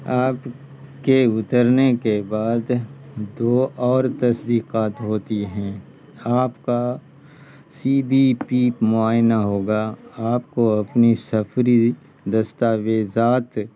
آپ کے اترنے کے بعد دو اور تصدیقات ہوتی ہیں آپ کا سی بی پی معائنہ ہوگا آپ کو اپنی سفری دستاویزات